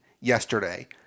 yesterday